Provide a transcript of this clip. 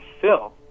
Phil